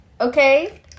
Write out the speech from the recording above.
okay